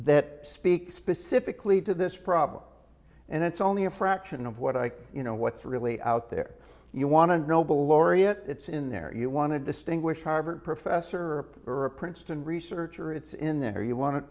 that speak specifically to this problem and it's only a fraction of what i you know what's really out there you want to nobel laureate it's in there you want to distinguish harvard professor or a princeton researcher it's in there you want